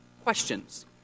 questions